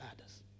others